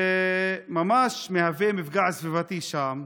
הוא ממש מהווה מפגע סביבתי שם,